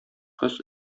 кыз